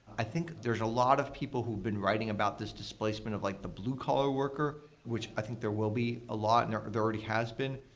i think there's a lot of people who've been writing about this displacement of like the blue collar worker, which i think there will be a lot, and there already has been.